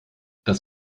das